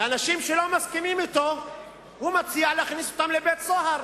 ואנשים שלא מסכימים אתו הוא מציע להכניס לבית-הסוהר.